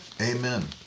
Amen